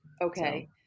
Okay